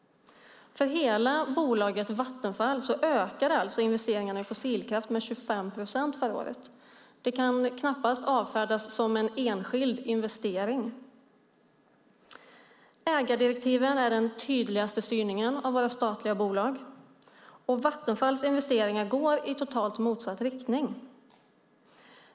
För hela bolaget Vattenfall ökade investeringarna i fossilkraft med 25 procent förra året. Det kan knappast avfärdas som en enskild investering. Ägardirektiven är den tydligaste styrningen av våra statliga bolag. Vattenfalls investeringar går i totalt motsatt riktning.